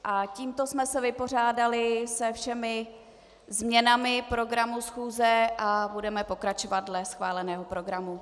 Tak a tímto jsme se vypořádali se všemi změnami programu schůze a budeme pokračovat dle schváleného programu.